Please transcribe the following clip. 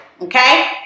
Okay